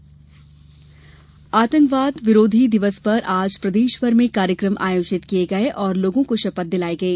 आतंकवाद विरोधी दिवस आतंकवाद विरोधी दिवस पर आज प्रदेशभर में कार्यक्रम आयोजित किये गये और लोगों को शपथ दिलाई गई